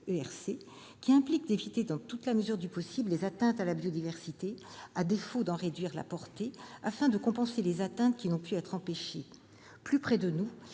qui implique d'éviter, dans toute la mesure du possible, les atteintes à la biodiversité et, à défaut, d'en réduire la portée, afin de compenser les atteintes qui n'ont pu être empêchées. Plus près de nous,